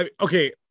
Okay